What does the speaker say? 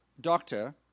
doctor